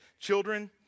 children